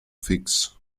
fix